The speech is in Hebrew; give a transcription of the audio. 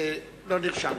לא נרשמת,